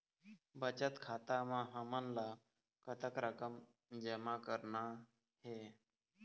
बचत खाता म हमन ला कतक रकम जमा करना हे?